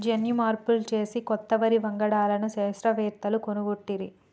జన్యు మార్పులు చేసి కొత్త వరి వంగడాలను శాస్త్రవేత్తలు కనుగొట్టిరి